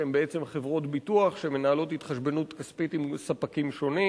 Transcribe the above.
שהן בעצם חברות ביטוח שמנהלות התחשבנות כספית עם ספקים שונים.